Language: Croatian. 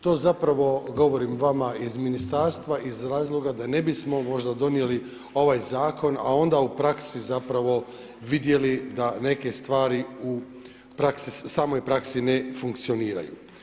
To zapravo govorim vama iz ministarstva iz razloga da ne bismo možda donijeli ovaj zakon, a onda u praksi zapravo vidjeli da neke stvari u praksi, samoj praksi ne funkcioniraju.